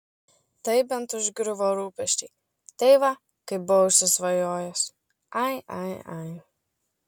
tai bent užgriuvo rūpesčiai tai va kaip buvo užsisvajojęs ai ai ai